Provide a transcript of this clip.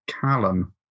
Callum